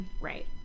Right